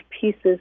pieces